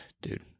dude